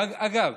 ואגב,